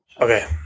Okay